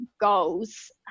goals